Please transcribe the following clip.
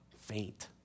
faint